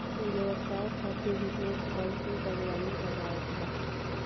व्यवसाय खातिर भी लोग फल के बागवानी करत बाटे